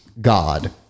God